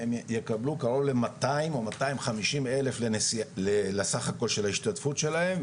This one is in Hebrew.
הם יקבלו קרוב למאתיים או מאתיים חמישים אלף לסך הכל של ההשתתפות שלהם,